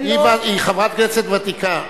היא חברת כנסת ותיקה.